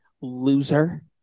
loser